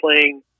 playing